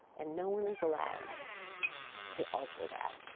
and no one is allowed to alter that.